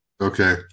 Okay